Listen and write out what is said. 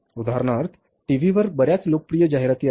उदाहरणार्थ टीव्हीवर बर्याच लोकप्रिय जाहिराती आहेत